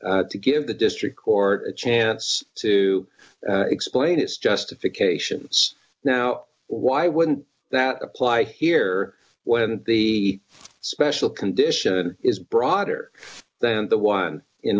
remanded to give the district or a chance to explain its justification now why wouldn't that apply here when the special condition is broader than the one in